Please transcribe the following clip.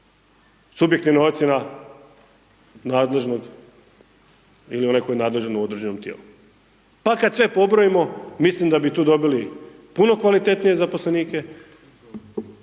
subjektivna ocjena nadležnog ili onaj tko je nadležan u određenom tijelu. Pa kad sve pobrojimo milim da bi tu dobili puno kvalitetnije zaposlenike